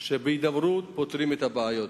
שבהידברות פותרים את הבעיות.